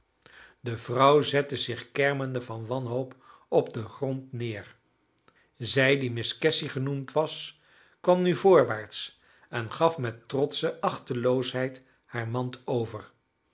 de vrouw zette zich kermende van wanhoop op den grond neer zij die miss cassy genoemd was kwam nu voorwaarts en gaf met trotsche achteloosheid haar mand over